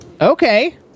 okay